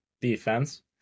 defense